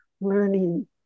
learning